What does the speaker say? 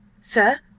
sir